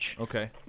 Okay